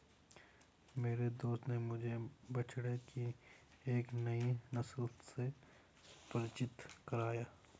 मेरे दोस्त ने मुझे बछड़े की एक नई नस्ल से परिचित कराया